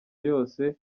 yose